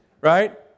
Right